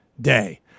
Day